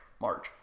March